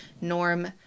Norm